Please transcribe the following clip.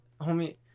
Homie